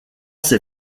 ses